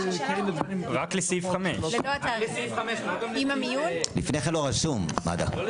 רק לסעיף 5. לפני כן לא רשום מד"א.